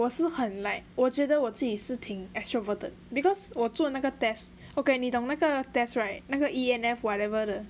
我是很 like 我觉得我自己是挺 extroverted because 我做那个 test okay 你懂那个 test right 那个 E_N_F whatever 的